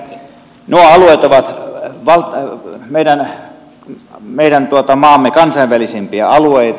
nimittäin nuo alueet ovat meidän maamme kansainvälisimpiä alueita